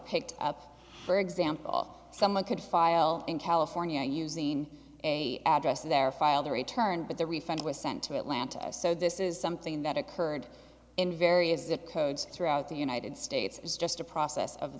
picked up for example someone could file in california using a address there file the return but the refund was sent to atlanta so this is something that occurred in various zip codes throughout the united states is just a process of